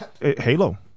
Halo